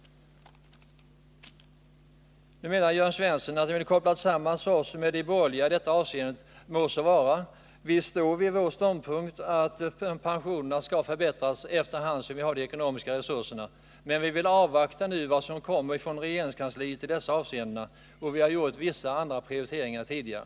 « Nu vill Jörn Svensson koppla samman oss med de borgerliga i detta ärende. Må så vara! Vi håller fast vid vår ståndpunkt att pensionerna skall förbättras efter hand som vi får de ekonomiska resurserna härtill, men vi vill först avvakta det förslag som kommer från regeringskansliet. Vi har också gjort vissa andra prioriteringar tidigare.